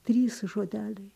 trys žodeliai